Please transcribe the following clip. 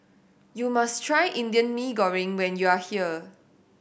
you must try Indian Mee Goreng when you are here